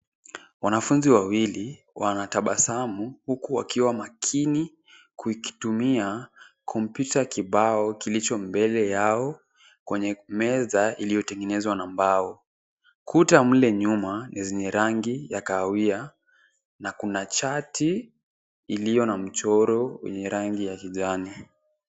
Wanafunzi wawili, wanatabasamu huku wakiwa makini kukitumia kompyuta kibao kilicho mbele yao kwenye meza iliyotengenezwa na mbao. Kuta mle nyuma ni zenye rangi ya kahawia na Kuna chati iliyo na mchoro wenye rangi ya kijani.